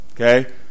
Okay